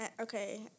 okay